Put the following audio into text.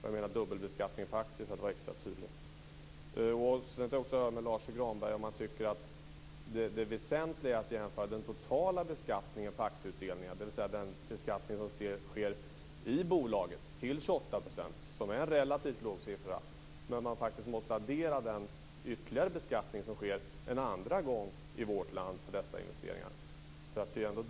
Jag avser dubbelbeskattningen på aktier, för att vara extra tydlig. Tycker Lars U Granberg att det väsentliga är att se på den totala beskattningen av aktieutdelningen, dvs. den beskattning som sker i bolaget till 28 %, som är en relativt låg siffra, adderat med den ytterligare beskattning som sker en andra gång i vårt land på dessa investeringar?